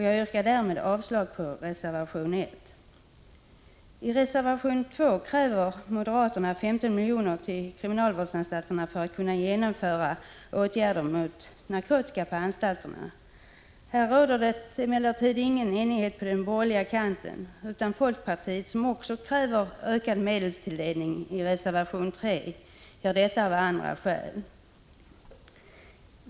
Jag yrkar därmed avslag på reservation 1. I reservation 2 kräver moderaterna 15 milj.kr. till kriminalvårdsanstalterna för att de skall kunna genomföra åtgärder mot narkotikabruket på anstalterna. På denna punkt råder det emellertid ingen enighet på den borgerliga kanten. Folkpartiet kräver i reservation 2 också en ökad medelstilldelning, men av andra skäl.